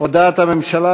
הודעת הממשלה,